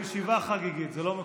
ישיבה חגיגית, זה לא מקובל.